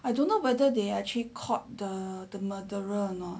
I don't know whether they actually caught the the murderer or not